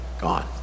gone